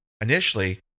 initially